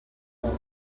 robot